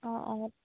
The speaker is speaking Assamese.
অঁ অঁ